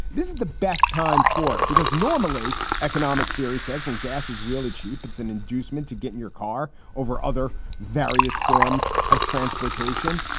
this is the best time for it, because normally economic theory says when gas is really cheap, it's an inducement to get in your car over other various forms of transportation.